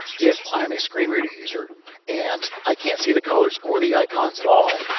if i'm a screen reader user and i can't see the colors or the icons at all,